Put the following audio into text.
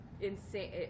insane